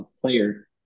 player